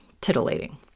titillating